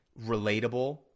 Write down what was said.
relatable